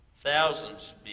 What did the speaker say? thousands